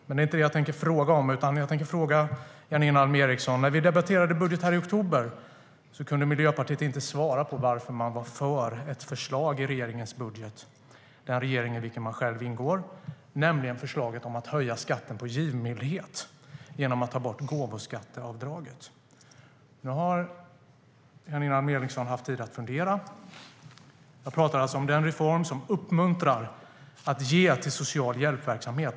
Men det är inte det jag tänker fråga Janine Alm Ericson om. Nu har Janine Alm Ericson haft tid att fundera. Jag pratar om den reform som uppmuntrar att ge till social hjälpverksamhet.